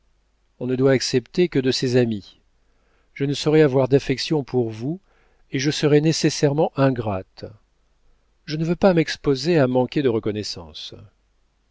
on ne doit accepter que de ses amis je ne saurais avoir d'affection pour vous et je serais nécessairement ingrate je ne veux pas m'exposer à manquer de reconnaissance